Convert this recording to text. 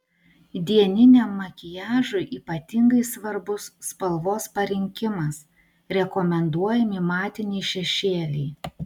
dieniniam makiažui ypatingai svarbus spalvos parinkimas rekomenduojami matiniai šešėliai